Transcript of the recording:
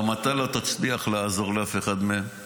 גם אתה לא תצליח לעזור לאף אחד מהם,